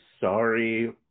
sorry